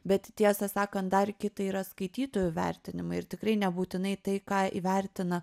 bet tiesą sakant dar kita yra skaitytojų vertinimai ir tikrai nebūtinai tai ką įvertina